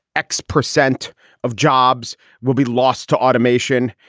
x percent of jobs will be lost to automation.